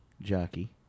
Jockey